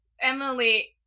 Emily